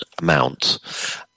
amount